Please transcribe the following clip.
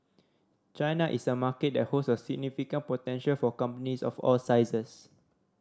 China is a market that holds a significant potential for companies of all sizes